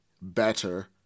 better